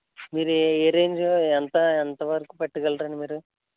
మీరు ఏ రేంజ్ ఎంత ఎంతవరకు పట్టికెళ్ళరండి మీరు